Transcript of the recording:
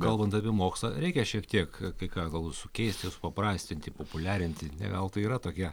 kalbant apie mokslą reikia šiek tiek kai ką galbūt sukeisti supaprastinti populiarinti ne veltui yra tokia